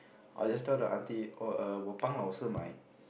I'll just tell the Auntie oh 我帮老师买: wo bang lao shi mai